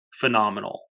phenomenal